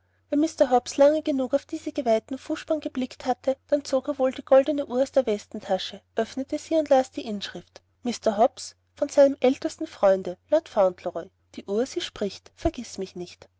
mr hobbs lange genug auf diese geweihten fußspuren geblickt hatte dann zog er wohl die goldne uhr aus der westentasche öffnete sie und las die inschrift mr hobbs von seinem ältesten freunde lord fauntleroy die uhr sie spricht vergiß mich nicht